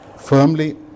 firmly